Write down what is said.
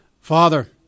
Father